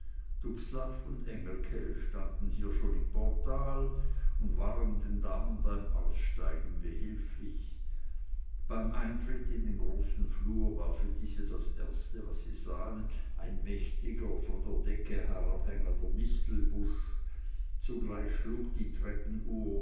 und engelke standen hier schon im portal und waren den damen beim aussteigen behilflich beim eintritt in den großen flur war für diese das erste was sie sahen ein mächtiger von der decke herabhängender mistelbusch zugleich schlug die treppenuhr